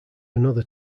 another